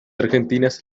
argentinas